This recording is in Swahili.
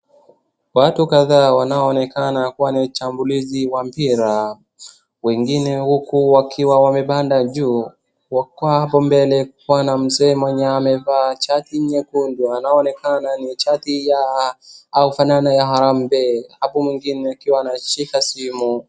Watu kadhaa wanaoonekana kuwa ni wachambulizi wa mpiraa wengine huku wakiwa wamepanda juu. Wakua hapo mbele kukiwa na mzee mwenye amevaa shati nyekundu anaoonekana ni shati ya au fanano ya Harambee hapo mwingine akiwa anashika simu.